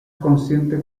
consciente